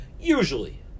usually